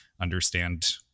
understand